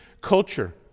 culture